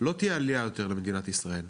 לא תהיה עלייה יותר למדינת ישראל,